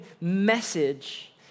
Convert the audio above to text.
message